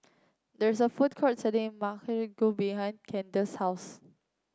there is a food court selling go behind Candice's house